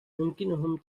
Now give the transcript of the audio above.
يمكنهم